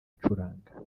acuranga